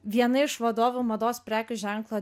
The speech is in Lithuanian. viena iš vadovių mados prekių ženklo